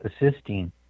assisting